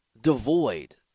devoid